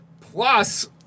Plus